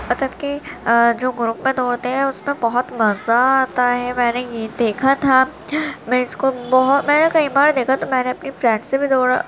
مطلب کہ جو گروپ میں دوڑتے اس میں بہت مزہ آتا ہے میں نے یہ دیکھا تھا میں اس کو بہت میں نے کئی بار دیکھا تو میں نے اپنی فرینڈ سے بھی دوڑا